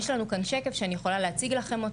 יש לנו כאן שקף שאני יכולה להציג לכם.